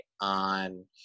on